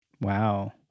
Wow